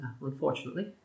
unfortunately